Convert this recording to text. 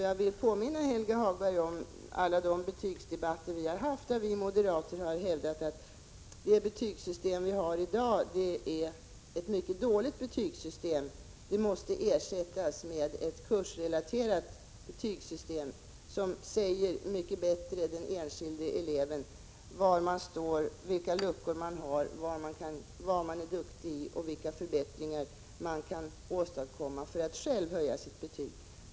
Jag vill påminna Helge Hagberg om alla de betygsdebatter som vi har haft, där vi moderater har hävdat att det betygssystem vi har i dag är mycket dåligt och att det måste ersättas med ett kursrelaterat betygssystem. Sådana betyg säger på ett mycket bättre sätt var man som enskild elev står, vilka luckor man har, vad man är duktig i och vad man kan göra för att förbättra sitt betyg.